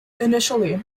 initially